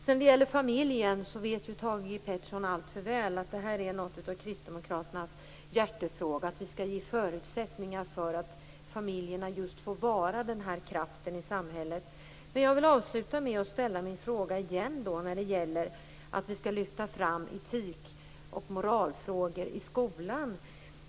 När det gäller familjen vet ju Thage G Peterson alltför väl att det är något av kristdemokraternas hjärtefråga. Vi vill ge förutsättningar för att familjerna får vara just den här kraften i samhället. Men jag vill avsluta med att återigen ställa min fråga om det här med att vi skall lyfta fram etik och moralfrågor i skolan.